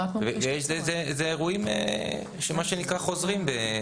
אלה אירועים, מה שנקרא, חוזרים.